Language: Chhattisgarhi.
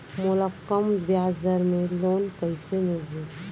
मोला कम ब्याजदर में लोन कइसे मिलही?